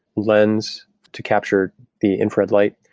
lens to capture the infrared light,